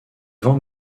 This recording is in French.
vents